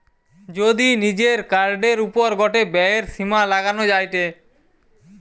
যদি নিজের কার্ডের ওপর গটে ব্যয়ের সীমা লাগানো যায়টে